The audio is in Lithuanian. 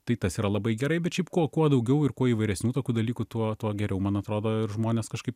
tai tas yra labai gerai bet šiaip kuo kuo daugiau ir kuo įvairesnių tokių dalykų tuo tuo geriau man atrodo ir žmonės kažkaip